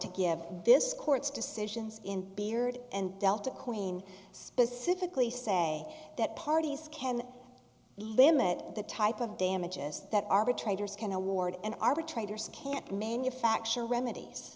to give this court's decisions in beard and delta queen specifically say that parties can limit the type of damages that arbitrators can award an arbitrator's can't manufacture remedies